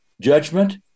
judgment